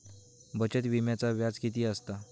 बचत विम्याचा व्याज किती असता?